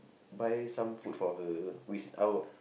buy some food for her which I will